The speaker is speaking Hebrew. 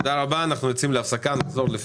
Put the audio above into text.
תודה רבה, הישיבה נעולה.